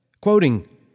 quoting